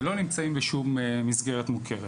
שלא נמצאים בשום מסגרת מוכרת.